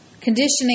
Conditioning